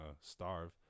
starve